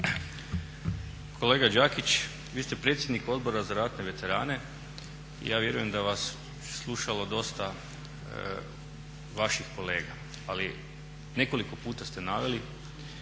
Kolega Đakić, vi ste predsjednik Odbora za ratne veterane i ja vjerujem da vas je slušalo dosta vaših kolega. Ali nekoliko puta ste naveli